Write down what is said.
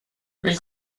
vilka